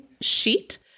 sheet